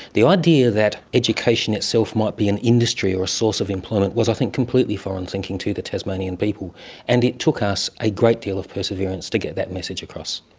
the idea that education itself might be an industry or a source of employment was i think completely foreign thinking to the tasmanian people and it took us a great deal of perseverance to get that message across.